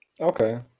Okay